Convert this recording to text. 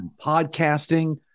podcasting